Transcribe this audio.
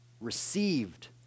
received